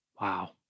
Wow